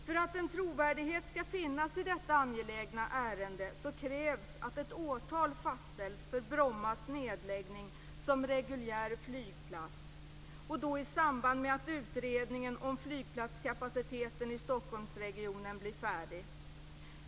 För att en trovärdighet skall finnas i detta angelägna ärende krävs att ett årtal fastställs för Bromma nedläggning som reguljär flygplats, och då i samband med att utredningen om flygplatskapaciteten i Stockholmsregionen blir färdig.